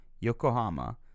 Yokohama